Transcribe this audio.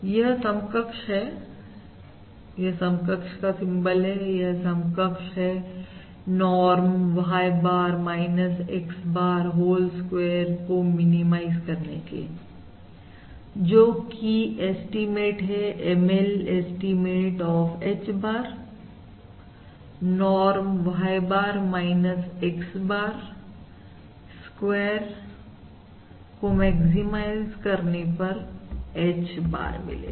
यह समकक्ष है यह समकक्ष का सिंबल है यह समकक्ष है norm Y bar X bar whole square को मिनिमाइज करने के जोकि एस्टीमेट है ML estimate of H bar norm Y bar X bar square को मैक्सिमाइज करने पर H bar मिलेगा